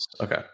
okay